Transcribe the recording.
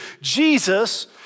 Jesus